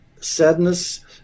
sadness